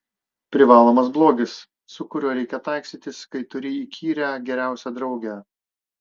privalomas blogis su kuriuo reikia taikstytis kai turi įkyrią geriausią draugę